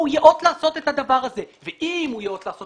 הוא יאות לעשות את הדבר הזה ואם הוא יאות לעשות